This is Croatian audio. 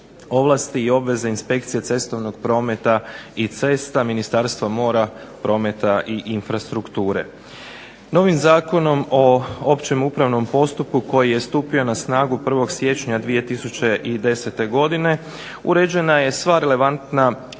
ovlasti i obveze inspekcija cestovnog prometa i cesta Ministarstva mora, prometa i infrastrukture. Novim Zakonom o općem upravnom postupku koji je stupio na snagu 1. siječnja 2010. godine uređena je sva relevantna